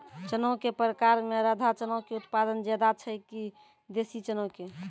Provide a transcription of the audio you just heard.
चना के प्रकार मे राधा चना के उत्पादन ज्यादा छै कि देसी चना के?